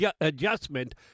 adjustment